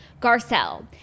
garcelle